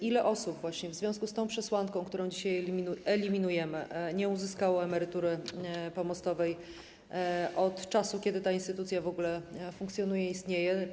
Ile osób właśnie w związku z tą przesłanką, którą dzisiaj eliminujemy, nie uzyskało emerytury pomostowej od czasu, kiedy ta instytucja w ogóle funkcjonuje, istnieje?